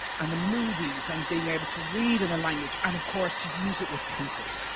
and the movies and being able to read in a language and of course to use it with people.